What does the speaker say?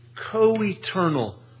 co-eternal